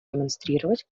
демонстрировать